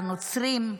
לנוצרים,